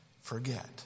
forget